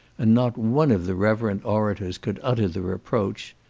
and not one of the reverend orators could utter the reproach,